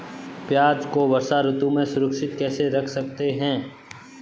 प्याज़ को वर्षा ऋतु में सुरक्षित कैसे रख सकते हैं?